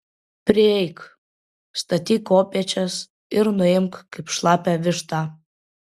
prieik statyk kopėčias ir nuimk kaip šlapią vištą